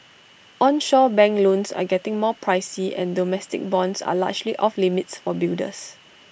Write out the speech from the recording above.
onshore bank loans are getting more pricey and domestic bonds are largely off limits for builders